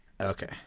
Okay